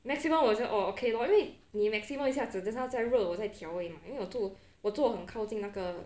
maximum 我就 orh okay lor 因为你 maximum 一下子等一下再热我在调而已 mah 因为我坐我坐很靠近那个